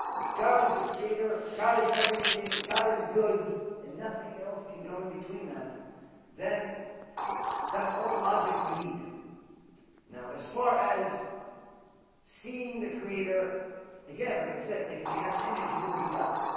that? god is the creator is everything god is good and nothing else can come in between that then that's all the logic you need now as far as seeing the creator again like i said if he had an image you wouldn't be god